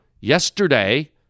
yesterday